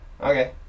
Okay